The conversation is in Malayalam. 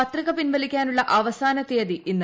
പത്രിക പിൻവലിക്കാനുള്ള ്അവ്സാന തീയതി ഇന്ന്